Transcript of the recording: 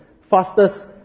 fastest